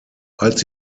als